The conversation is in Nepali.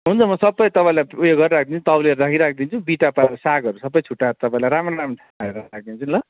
हुन्छ म सबै तपाईँलाई उयो गरेर राखिदिन्छु तौलेर राखि राखिदिन्छु बिटा पारेर सागहरू सबै छुट्ट्याएर तपाईँलाई राम्रो राम्रो छानेर राखिदिन्छु नि ल